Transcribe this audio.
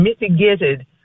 mitigated